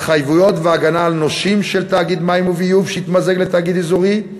התחייבויות והגנה על נושים של תאגיד מים וביוב שהתמזג לתאגיד אזורי,